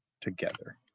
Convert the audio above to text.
together